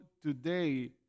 today